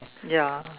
ya